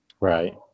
Right